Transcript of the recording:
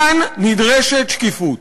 כאן נדרשת שקיפות.